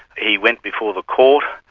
he went before the court,